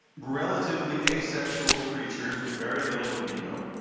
relatively asexual creatures with very little libido.